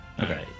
Okay